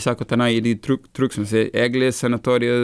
sako tenai ir truk truksi visa eglės sanatorija